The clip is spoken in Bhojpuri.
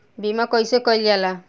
बीमा कइसे कइल जाला?